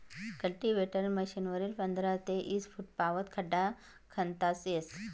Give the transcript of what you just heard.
cultivator मशीनवरी पंधरा ते ईस फुटपावत खड्डा खणता येस